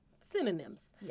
synonyms